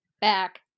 back